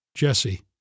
Jesse